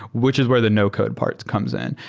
which is where the no-code parts comes in.